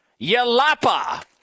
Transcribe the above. Yalapa